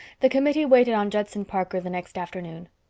the committee waited on judson parker the next afternoon.